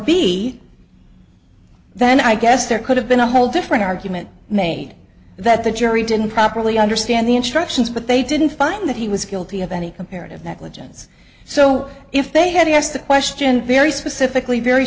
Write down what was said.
b then i guess there could have been a whole different argument made that the jury didn't properly understand the instructions but they didn't find that he was guilty of any comparative negligence so if they had asked the question very specifically very